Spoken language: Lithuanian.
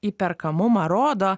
įperkamumą rodo